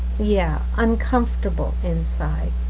yeah, uncomfortable inside.